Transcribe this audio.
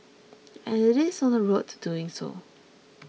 and it is on the road to doing so